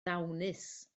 ddawnus